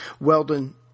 Weldon